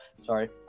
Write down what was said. Sorry